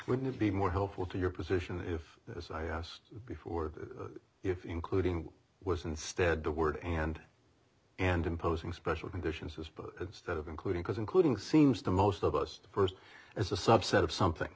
wouldn't it be more helpful to your position if this i asked before if including was instead the word and and imposing special conditions his book instead of including because including seems to most of us first as a subset of something